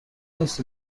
نیست